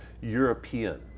European